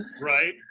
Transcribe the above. Right